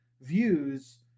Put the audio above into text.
views